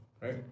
right